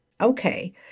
Okay